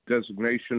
designation